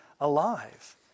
alive